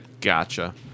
gotcha